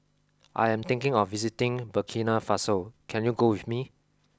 I am thinking of visiting Burkina Faso can you go with me